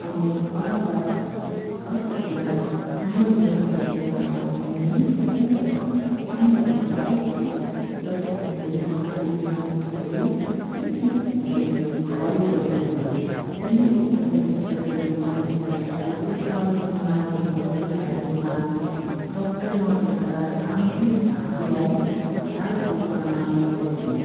अनि अर्का अर्को कुरा हाम्रो दिनहुँ जीवनमा पनि कतिवटा अन्धविश्वास थियो जसलाई चाहिँ आहिले मानिसहरू शिक्षित भएपछि फलो गर्दैनन् ती अन्धविश्वासहरू भन्नुपर्दा चाहिँ दु ख बिमारहरू भइहालेमा डक्टर नदेखाएर धामी झाँक्रीलाई झारफुक गर्न गर्थ्यौँ